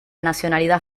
nacionalidad